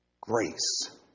grace